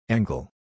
Angle